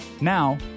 Now